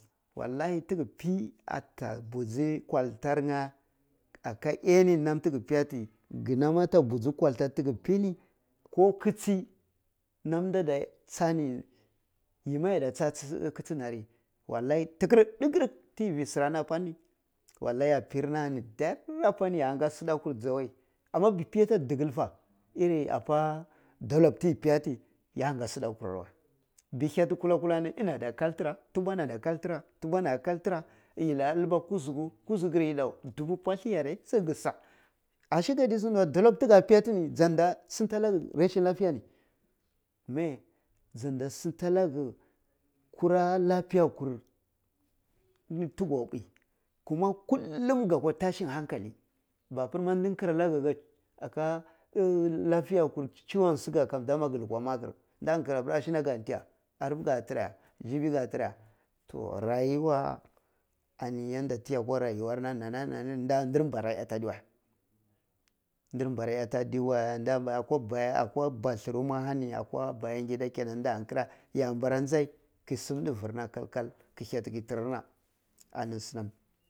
Wallahi tigi pi ata buji kwalta nye aga early nam tagi piya ti gin am ata biji kwalta fig pi ni ko kichi namduna iya ni yima yadda cha kichi nari wallai ti fi sirana apani wallai ya pir na ani dory a nga sidakur ja wai amma gi piya ta digil fa iri apa doha ti piyati ya nga sidakur ah we gi hiyati kula-kulani ini ada kal ti rat u bura ni ada kal tira yi lika dilba kuzugu, ku zugur yid au dubu palu yare sai gi sa’a ashe ka di sindi weh doloh ti ga piya iti ni jan da sinta laka rahin lafiyani me jan da sinta kura lapiya kur ni tugwo npuyi kuma kullum kaguwa tashin hankali mapir ma ndin kira laga aka lafiyarku chiwon siga kam doma gi lukuwa maker nda kira pir ashina ka ti ya arpe ga tira ya gibi ka tira ya toh rayuwa ani yanda tiya kwa rayuwa na nana nor dandir bara iyati adi welindir boru iyati adiwe da akwa boya a kwa bwalirmwa ahani akwa bayan gida kenan nde kira yabara njai ke sim ndifir na kal-kal ke hyati ke tinar na ani sin am.